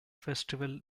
festival